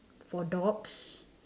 for dogs